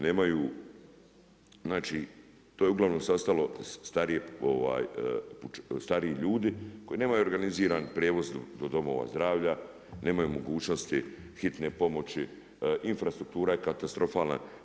Nemaju, znači to se uglavnom sastali stariji ljudi koji nemaju organiziran prijevoz do domova zdravlja, nemaju mogućnosti hitne pomoći, infrastruktura je katastrofalna.